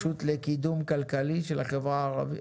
לקידום כלכלי בחברה הערבית,